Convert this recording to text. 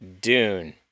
Dune